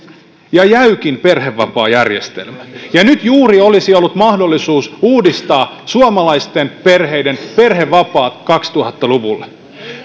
ja jäykin perhevapaajärjestelmä ja nyt juuri olisi ollut mahdollisuus uudistaa suomalaisten perheiden perhevapaat kaksituhatta luvulle